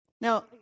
Now